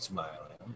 Smiling